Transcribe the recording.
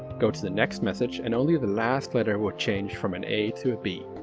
go to the next message, and only the last letter would change from an a to a b.